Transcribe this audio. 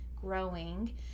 growing